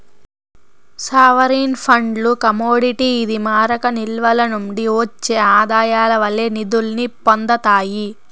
sovereign ఫండ్లు commodity ఇది మారక నిల్వల నుండి ఒచ్చే ఆదాయాల వల్లే నిదుల్ని పొందతాయి